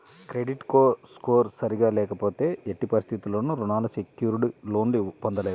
credit score సరిగ్గా లేకపోతే ఎట్టి పరిస్థితుల్లోనూ రుణాలు సెక్యూర్డ్ లోన్లు పొందలేరు